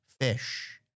Fish